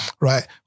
Right